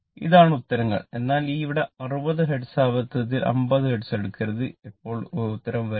ഇതാണ് ഉത്തരങ്ങൾ എന്നാൽ ഇവിടെ ആവൃത്തി 60 ഹെർട്സ് അബദ്ധത്തിൽ 50 ഹെർട്സ് എടുക്കരുത് അപ്പോൾ ഈ ഉത്തരം വരില്ല